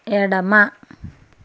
ఎడమ